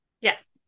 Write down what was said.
Yes